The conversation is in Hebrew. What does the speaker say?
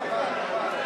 מינית),